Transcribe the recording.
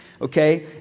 okay